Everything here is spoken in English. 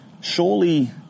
surely